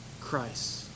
Christ